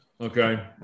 Okay